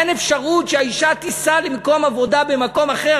אין אפשרות שהאישה תיסע למקום עבודה במקום אחר.